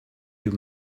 you